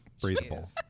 Breathable